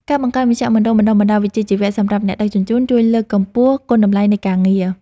ការបង្កើតមជ្ឈមណ្ឌលបណ្ដុះបណ្ដាលវិជ្ជាជីវៈសម្រាប់អ្នកដឹកជញ្ជូនជួយលើកកម្ពស់គុណតម្លៃនៃការងារ។